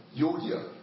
Yodia